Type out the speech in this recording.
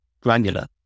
granular